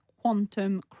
quantum